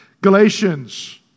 Galatians